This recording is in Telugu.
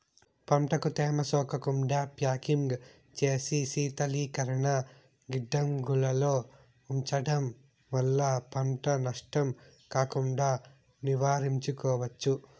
పంటకు తేమ సోకకుండా ప్యాకింగ్ చేసి శీతలీకరణ గిడ్డంగులలో ఉంచడం వల్ల పంట నష్టం కాకుండా నివారించుకోవచ్చు